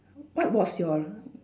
what was your